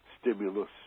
stimulus